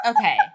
okay